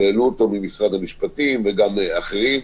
שהעלו אותו ממשרד המשפטים וגם אחרים,